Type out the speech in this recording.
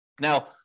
Now